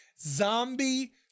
zombie